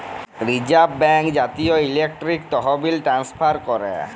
reserve Bank জাতীয় electronic তহবিল transfer ক্যরে